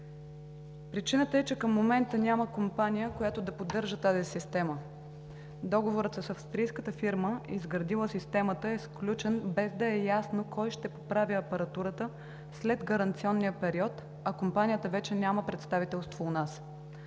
Причината е, че към момента няма компания, която да поддържа тази система. Договорът с австрийската фирма, изградила системата, е сключен без да е ясно кой ще поправя апаратурата след гаранционния период, а компанията вече няма представителство у нас.